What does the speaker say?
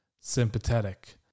sympathetic